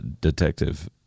Detective